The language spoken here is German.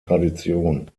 tradition